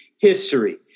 history